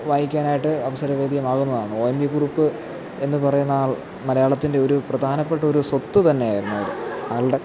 വായിക്കാനായിട്ട് അവസര വേദ്യമാകുന്നതാണ് ഒ എൻ വി കുറുപ്പ് എന്നു പറയുന്ന ആൾ മലയാളത്തിൻ്റെ ഒരു പ്രധാനപ്പെട്ട ഒരു സ്വത്തു തന്നെ ആയിരുന്നു അത് ആളുടെ